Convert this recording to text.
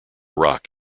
rock